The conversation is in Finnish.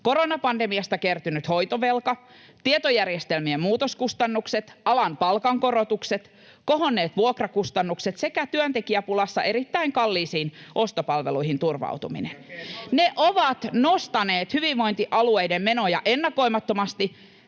koronapandemiasta kertynyt hoitovelka, tietojärjestelmien muutoskustannukset, alan palkankorotukset, kohonneet vuokrakustannukset sekä työntekijäpulassa erittäin kalliisiin ostopalveluihin turvautuminen. Ne ovat nostaneet hyvinvointialueiden menoja ennakoimattomasti.